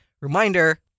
reminder